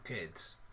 kids